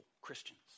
Christians